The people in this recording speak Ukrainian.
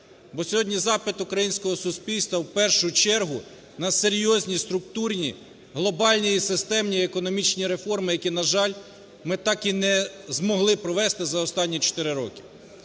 Бо сьогодні запит українського суспільства в першу чергу на серйозні структурні глобальні і системні економічні реформи, які, на жаль, ми так і не змогли провести за останні чотири